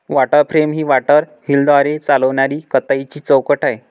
water frame ही water व्हीलद्वारे चालविणारी कताईची चौकट आहे